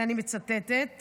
ואני מצטטת